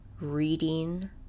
reading